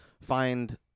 find